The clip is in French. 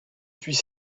suis